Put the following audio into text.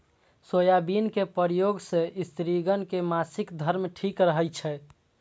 soybean के प्रयोग सं स्त्रिगण के मासिक धर्म ठीक रहै छै